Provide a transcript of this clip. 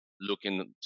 looking